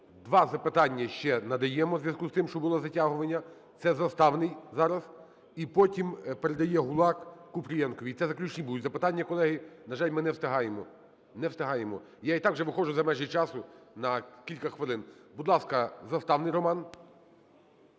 два запитання ще надаємо у зв'язку з тим, що було затягування, це Заставний зараз, і потім передає Гулак Купрієнку, і це заключні будуть запитання, колеги. На жаль, ми не встигаємо, не встигаємо, я і так вже виходжу за межі часу на кілька хвилин. Будь ласка, Заставний Роман.